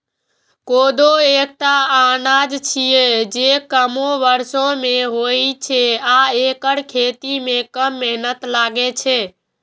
कोदो एकटा अनाज छियै, जे कमो बर्षा मे होइ छै आ एकर खेती मे कम मेहनत लागै छै